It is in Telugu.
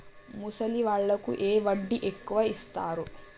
ముసలి వాళ్ళకు ఏ వడ్డీ ఎక్కువ ఇస్తారు?